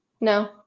No